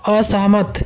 असहमत